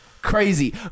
Crazy